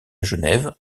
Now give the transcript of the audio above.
genève